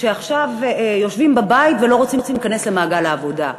שעכשיו יושבים בבית ולא רוצים להיכנס למעגל העבודה.